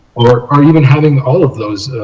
or or even having all of those.